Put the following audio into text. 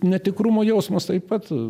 netikrumo jausmas taip pat